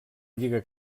lliga